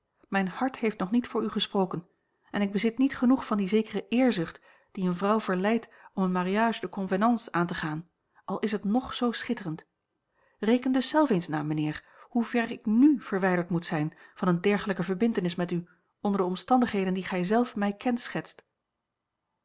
mijn hart heeft nog niet voor u gesproken en ik bezit niet genoeg van die zekere eerzucht die eene vrouw verleidt om een mariage de convenance aan te gaan al is het ng zoo schitterend reken dus zelfs eens na mijnheer hoever ik n verwijderd moet zijn van eene dergelijke verbintenis met u onder de omstandigheden die gij zelf mij kenschetst